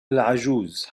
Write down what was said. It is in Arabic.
العجوز